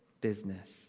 business